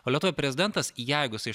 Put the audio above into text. o lietuvoj prezidentas jeigu jisai